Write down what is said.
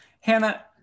Hannah